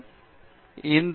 பேராசிரியர் ஆர்